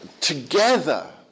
Together